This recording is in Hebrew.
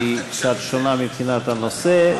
שהיא קצת שונה מבחינת הנושא,